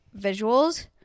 visuals